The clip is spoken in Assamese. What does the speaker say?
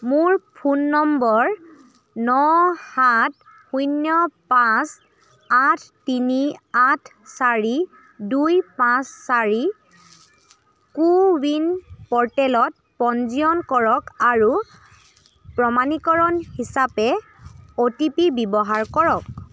মোৰ ফোন নম্বৰ ন সাত শূন্য পাঁচ আঠ তিনি আঠ চাৰি দুই পাঁচ চাৰি কো ৱিন প'ৰ্টেলত পঞ্জীয়ন কৰক আৰু প্ৰমাণীকৰণ হিচাপে অ' টি পি ব্যৱহাৰ কৰক